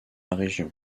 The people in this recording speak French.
région